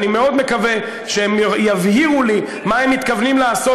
אני מאוד מקווה שהם יבהירו לי מה הם מתכוונים לעשות.